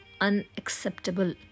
unacceptable